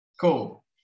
cool